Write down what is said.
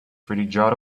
friedrich